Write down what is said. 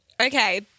Okay